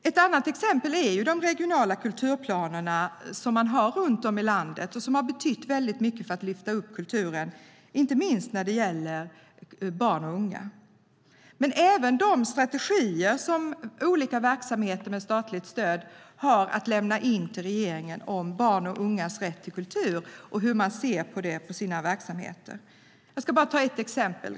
Ett annat exempel är de regionala kulturplaner som man har runt om i landet och som har betytt mycket för att lyfta upp kulturen, inte minst när det gäller barn och unga men även de strategier som olika verksamheter med statligt stöd har att lämna in till regeringen om barns och ungas rätt till kultur och hur man ser på det i sina verksamheter. Jag ska ge ett exempel.